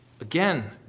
Again